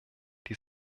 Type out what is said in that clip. die